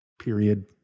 Period